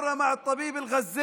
ופעם עם הרופא העזתי